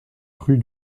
rue